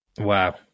Wow